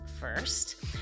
first